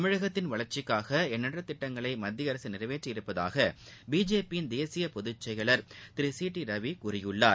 தமிழகத்திள் வளர்ச்சிக்காக எண்ணற்ற திட்டஙகளை மத்திய அரசு நிறைவேற்றி இருப்பதாக பிஜேபியின் தேசிய பொதுச் செயலர் திரு சி டி ரவி கூறியுள்ளார்